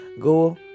go